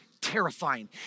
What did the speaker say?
terrifying